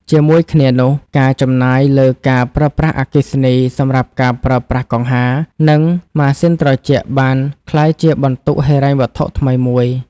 ជាមួយគ្នានោះ ការចំណាយលើការប្រើប្រាស់អគ្គិសនីសម្រាប់ការប្រើប្រាស់កង្ហារ និងម៉ាស៊ីនត្រជាក់បានក្លាយជាបន្ទុកហិរញ្ញវត្ថុថ្មីមួយ។